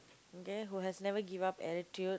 okay who has never give up attitude